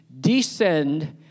descend